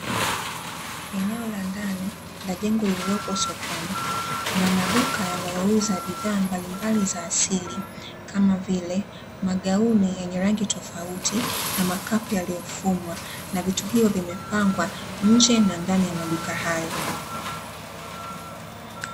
Eneo la ndani la jengo lililoko sokoni, kuna maduka yanayouuza bidhaa mbalimbali za asali kama vile: magauni yenye rangi tofauti, na makapu yaliyofumwa; na vitu hivyo vimepangwa nje na ndani ya maduka hayo.